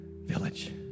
village